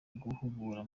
guhugura